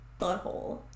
butthole